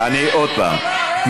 עוד פעם,